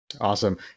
awesome